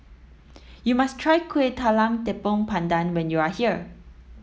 you must try Kueh Talam Tepong Pandan when you are here